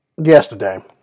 yesterday